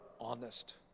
honest